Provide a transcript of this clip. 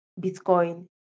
Bitcoin